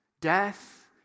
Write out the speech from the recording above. death